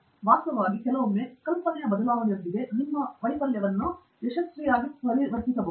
ವಾಸ್ತವವಾಗಿ ಕೆಲವೊಮ್ಮೆ ಕಲ್ಪನೆಯ ಬದಲಾವಣೆಯೊಂದಿಗೆ ನಿಮ್ಮ ವೈಫಲ್ಯವನ್ನು ಯಶಸ್ವಿಯಾಗಿ ಪರಿವರ್ತಿಸಬಹುದು